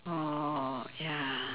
oh ya